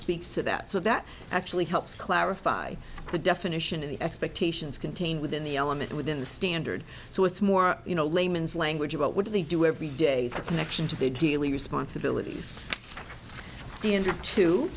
speaks to that so that actually helps clarify the definition of the expectations contained within the element within the standard so it's more you know a layman's language about what they do every day it's a connection to the daily responsibilities